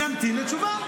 נמתין לתשובה.